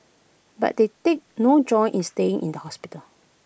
but they take no joy in staying in the hospital